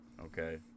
okay